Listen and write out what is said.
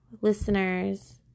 listeners